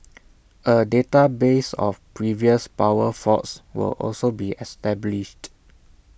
A database of previous power faults will also be established